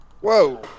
whoa